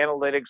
analytics